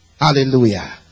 Hallelujah